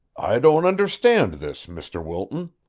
i don't understand this, mr. wilton,